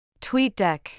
TweetDeck